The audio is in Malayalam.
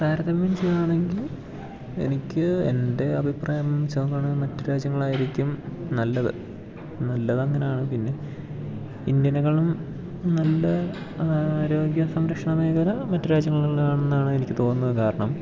താരതമ്യം ചെയ്യുകയാണെങ്കിൽ എനിക്ക് എൻ്റെ അഭിപ്രായം വച്ച് നോക്കുകയാണേ മറ്റ് രാജ്യങ്ങളായിരിക്കും നല്ലത് നല്ലത് അങ്ങനെയാണ് പിന്നെ ഇന്ത്യേനേക്കളും നല്ല ആരോഗ്യ സംരക്ഷണ മേഖല മറ്റ് രാജ്യങ്ങളിലാണെന്നാണ് എനിക്ക് തോന്നുന്നത് കാരണം